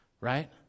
Right